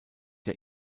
der